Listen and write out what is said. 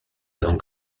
don